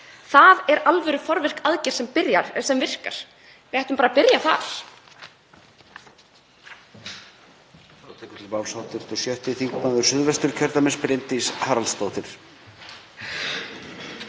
Það er alvöru forvirk aðgerð sem virkar. Við ættum bara að byrja þar.